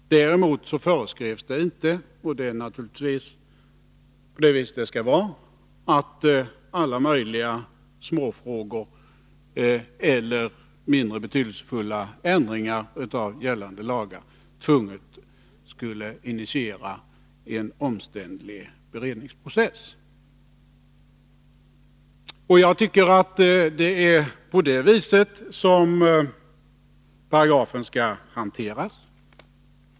Däremot föreskrevs det inte — och det är naturligtvis riktigt — att alla möjliga småfrågor eller mindre betydelsefulla ändringar av gällande lagar nödvändigtvis skulle initiera en omständlig beredningsprocess. Jag tycker att det är på detta sättet som paragrafen skall tillämpas.